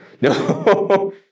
No